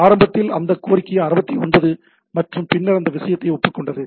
ஆரம்பத்தில் அந்த கோரிக்கை 69 மற்றும் பின்னர் ஒரு விஷயத்தை ஒப்புக்கொண்டது